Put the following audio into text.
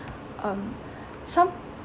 um some